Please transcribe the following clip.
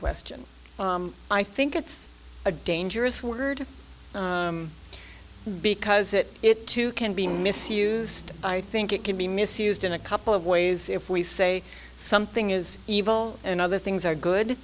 question i think it's a dangerous word because it it too can be misused i think it can be misused in a couple of ways if we say something is evil and other things are good